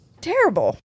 terrible